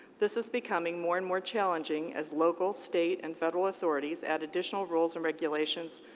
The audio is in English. this is becoming more and more challenging as local, state, and federal authorities add additional rules and regulations,